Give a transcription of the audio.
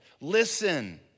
Listen